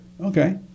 Okay